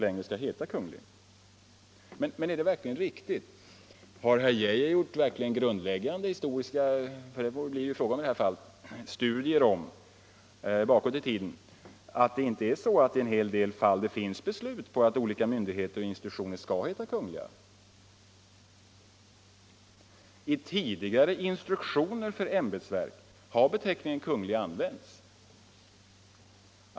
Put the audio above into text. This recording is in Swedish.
Men är det verkligen riktigt? Har herr Geijer verkligen gjort grundläggande historiska studier, som det ju bör bli fråga om i detta fall, så att han är säker på att det inte i en hel del fall verkligen finns beslut på att olika myndigheter och institutioner skall heta Kungl.? I tidigare instruktioner för ämbetsverk har beteckningen Kungl. an Nr 76 vänts.